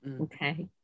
Okay